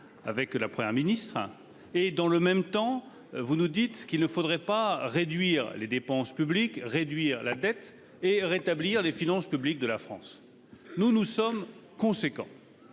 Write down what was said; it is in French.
avec la Première ministre hein et dans le même temps vous nous dites qu'il ne faudrait pas réduire les dépenses publiques réduire la dette et rétablir les finances publiques de la France. Nous nous sommes conséquent.